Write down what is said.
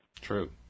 True